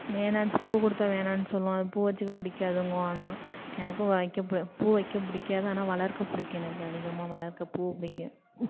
வேணானுட்டு பூ கொடுத்தா வேணாம்ன்னு சொல்லும் அது பூ வச்சுக்க பிடிக்காதுங்கும் ஆனால் எனக்கும் வைக்க பு பூ வைக்க பிடிக்காது ஆனால் வளர்க்க பிடிக்கும் எனக்கு அதிகமாக வளர்க்க பூ பிடிக்கும்